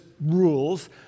rules